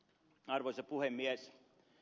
arvoisa puhemies